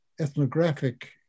Ethnographic